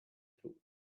through